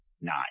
Nine